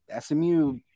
SMU